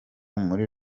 muri